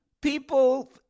people